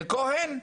כהן,